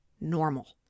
normal